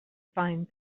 find